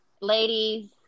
Ladies